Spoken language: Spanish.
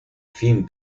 fin